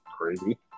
crazy